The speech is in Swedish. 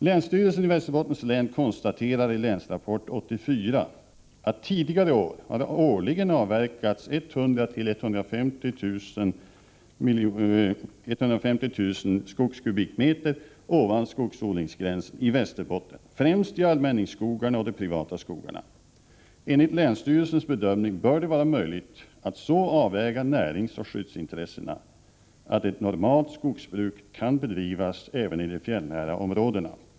Länsstyrelsen i Västerbottens län konstaterar i Länsrapport 84 att det tidigare år har årligen avverkats 100 000-150 000 skogskubikmeter ovan skogsodlingsgränsen i Västerbotten, främst i allmänningsskogarna och de privata skogarna. Enligt länsstyrelsens bedömning bör det vara möjligt att så avväga näringsoch skyddsintressena att ett normalt skogsbruk kan bedrivas även i de fjällnära områdena.